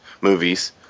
movies